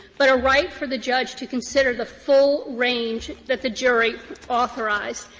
but a right for the judge to consider the full range that the jury authorized.